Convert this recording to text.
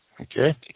Okay